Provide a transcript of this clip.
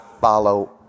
follow